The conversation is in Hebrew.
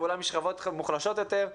ואולי משכבות מוחלשות יותר,